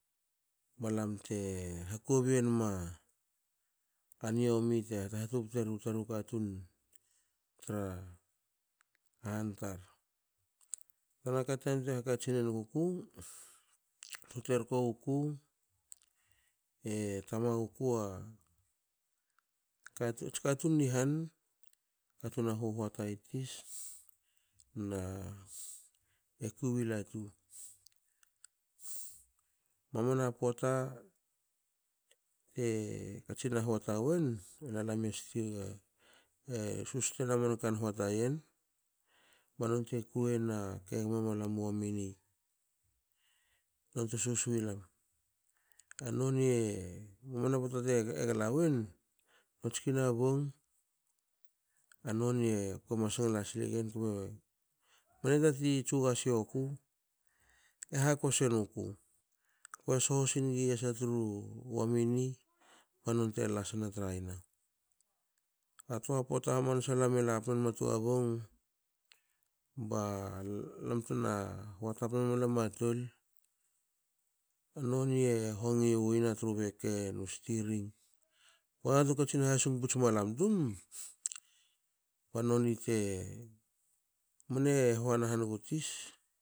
Ba lam te hakobi enma niomi te hatubutu era taru katun tra han tar. Tanakate yantuei hakatsin enuguku tu terko wuku. e tamagukua ats katun ni han ats katun a huhuata i tis na e ekwi wi latu. Mamana pota te katsin na hoata wen, e susta na mankan hoata yen ba nonte kuina na wamini nonte soasoa milam. A noni e mamana poata te egla wen non tski a bong a anoni ko mas ngla silegen kbe mne tati tsuga sioku, e hakosa senuku ko soho singi yasa tru wamini banonte lasne tra yana. A toa pota hamansa alam e lam pnenma toa bong ba lamtna hota pnenum lama tol. noni e hongo u yena i hana beke bru stiring. Pota tu katsin hasung puts malam tum ba noni te mne hoana hanigu tis